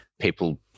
people